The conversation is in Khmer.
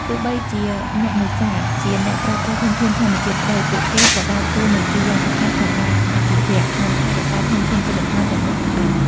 ទោះបីជាអ្នកនេសាទជាអ្នកប្រើប្រាស់ធនធានធម្មជាតិក្តី ពួកគេក៏ដើរតួនាទីយ៉ាងសំខាន់ក្នុងការអភិរក្ស និងថែរក្សាធនធានជលផលទាំងនោះផងដែរ។